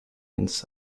ins